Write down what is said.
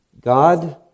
God